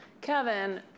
Kevin